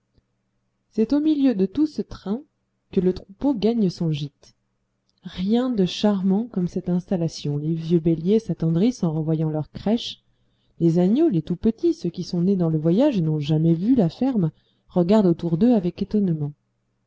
c'est au milieu de tout ce train que le troupeau gagne son gîte rien de charmant comme cette installation les vieux béliers s'attendrissent en revoyant leur crèche les agneaux les tout petits ceux qui sont nés dans le voyage et n'ont jamais vu la ferme regardent autour d'eux avec étonnement